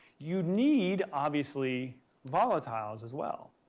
you need obviously volatiles as well.